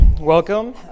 Welcome